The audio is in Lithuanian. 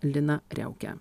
liną riaukę